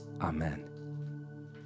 Amen